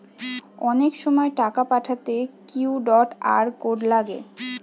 অনেক সময় টাকা পাঠাতে কিউ.আর কোড লাগে